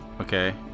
Okay